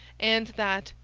and that,